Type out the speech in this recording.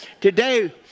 Today